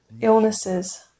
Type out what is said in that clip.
illnesses